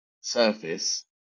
surface